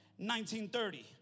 1930